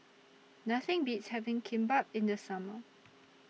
Nothing Beats having Kimbap in The Summer